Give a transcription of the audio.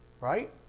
right